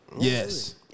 Yes